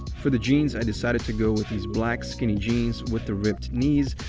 for the jeans, i decided to go with these black skinny jeans with the ripped knees.